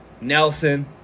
Nelson